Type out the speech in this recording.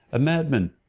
a madman,